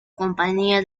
compañía